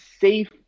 safe